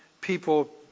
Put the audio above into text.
people